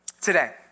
today